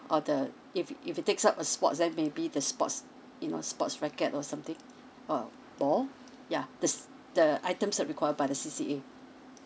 or the if if he takes up a sport then maybe the sports you know sports racket or something or a ball ya there's the items that're required by the C_C_A